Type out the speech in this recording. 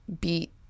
beat